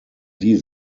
die